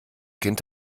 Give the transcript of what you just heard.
kind